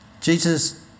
Jesus